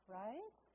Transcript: right